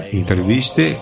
interviste